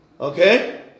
Okay